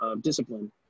discipline